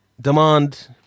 Demand